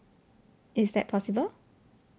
is that possible